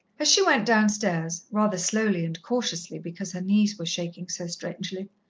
as she went downstairs, rather slowly and cautiously, because her knees were shaking so strangely,